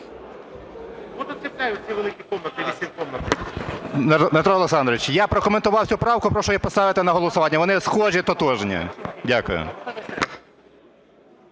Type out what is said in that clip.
Дякую.